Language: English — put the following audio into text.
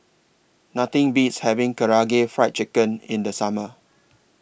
Nothing Beats having Karaage Fried Chicken in The Summer